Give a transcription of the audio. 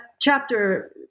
chapter –